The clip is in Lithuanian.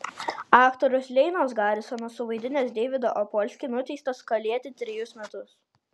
aktorius leinas garisonas suvaidinęs deividą apolskį nuteistas kalėti trejus metus